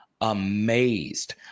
amazed